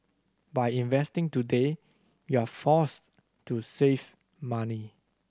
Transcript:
by investing today you're forced to save money